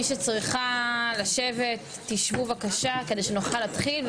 מי שצריכה לשבת תשבו בבקשה כדי שנוכל להתחיל,